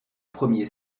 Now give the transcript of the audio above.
premier